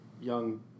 young